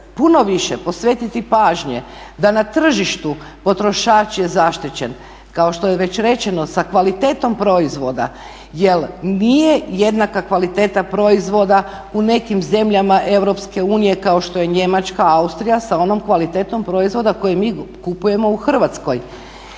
puno više posvetiti pažnje da na tržištu potrošač je zaštićen kao što je već rečeno sa kvalitetom proizvoda jel nije jednaka kvaliteta proizvoda u nekim zemljama EU kao što je Njemačka, Austrija sa onom kvalitetom proizvoda koje mi kupujemo u Hrvatskoj,